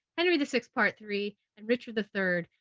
henry the sixth, part three, and richard the third,